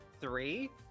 three